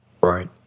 Right